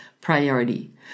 priority